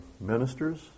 ministers